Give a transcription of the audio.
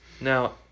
Now